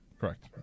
Correct